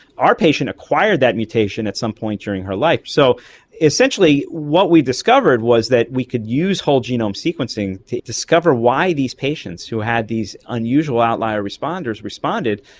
our patient acquired that mutation at some point during her life. so essentially what we discovered was that we could use a whole genome sequencing to discover why these patients who had these unusual outlier responders responded,